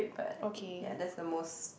okay